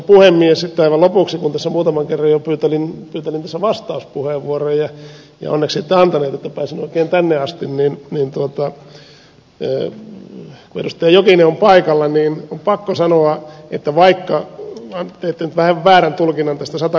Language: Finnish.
sitten aivan lopuksi kun tässä muutaman kerran jo pyytelin vastauspuheenvuoroa ja onneksi ette antanut niin että pääsin oikein tänne asti niin kun edustaja jokinen on paikalla niin on pakko sanoa että teitte nyt vähän väärän tulkinnan tästä sata komiteasta